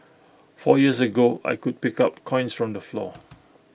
four years ago I could pick up coins from the floor